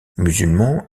musulman